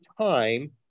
time